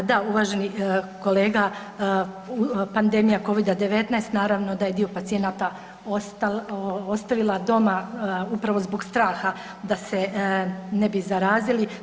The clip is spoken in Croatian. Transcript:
Pa da uvaženi kolega pandemija COVID-19 naravno da je dio pacijenata ostala doma upravo zbog straha da se ne bi zarazila.